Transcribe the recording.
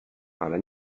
ale